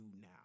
now